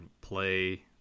play